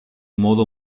modo